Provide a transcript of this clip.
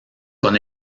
con